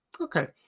Okay